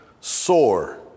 sore